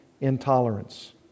intolerance